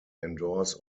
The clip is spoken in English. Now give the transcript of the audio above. endorse